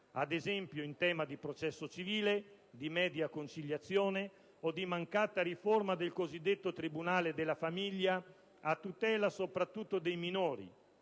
ad esempio, in tema di processo civile, di media conciliazione o di mancata riforma del cosiddetto tribunale della famiglia a tutela soprattutto dei minori.